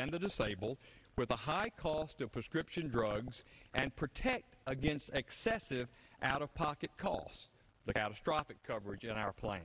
and the disabled with the high cost of prescription drugs and protect against excessive out of pocket costs the catastrophic coverage in our plan